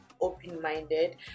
open-minded